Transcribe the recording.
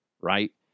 right